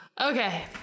Okay